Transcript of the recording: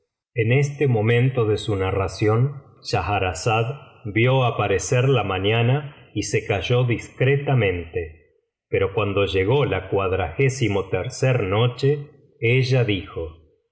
en este momento de su narración schahrazada vio clarear el día y se calló discretamente pero cuando llegó la a noche ella dijo